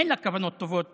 אין לה כוונות טובות